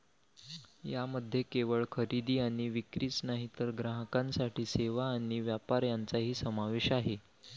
यामध्ये केवळ खरेदी आणि विक्रीच नाही तर ग्राहकांसाठी सेवा आणि व्यापार यांचाही समावेश आहे